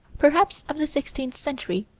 perhaps of the sixteenth century,